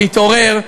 להתעורר,